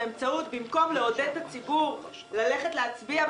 ובמקום לעודד את הציבור ללכת להצביע,